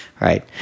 right